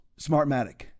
smartmatic